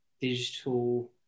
digital